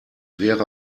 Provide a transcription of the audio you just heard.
wäre